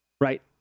Right